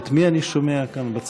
אני לא מבין.